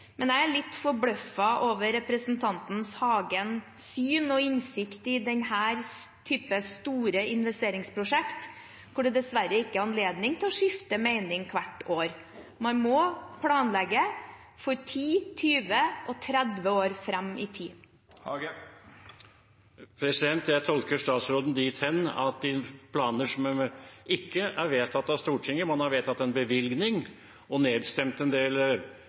Jeg er litt forbløffet over representanten Hagens syn og innsikt i denne typen store investeringsprosjekter, hvor det dessverre ikke er anledning til å skifte mening hvert år. Man må planlegge for 10, 20 og 30 år fram i tid. Jeg tolker statsråden dit hen at de planene ikke er vedtatt av Stortinget. Man har vedtatt en bevilgning og nedstemt en del